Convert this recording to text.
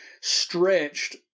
stretched